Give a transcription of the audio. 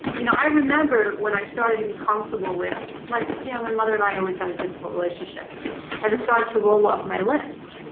you know, i remember when i started to be comfortable with like yeah my mother and i always had a difficult relationship and it started to roll off my lips,